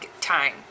time